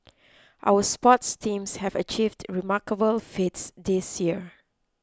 our sports teams have achieved remarkable feats this year